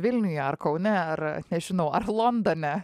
vilniuj ar kaune ar nežinau ar londone